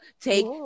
take